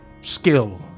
skill